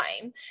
time